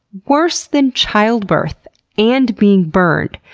worse than childbirth and being burned.